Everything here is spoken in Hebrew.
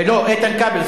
איתן כבל.